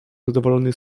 zadowolony